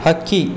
ಹಕ್ಕಿ